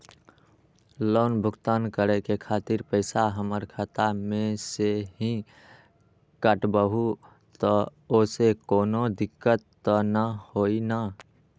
Loan भुगतान करे के खातिर पैसा हमर खाता में से ही काटबहु त ओसे कौनो दिक्कत त न होई न?